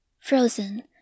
frozen